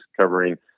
covering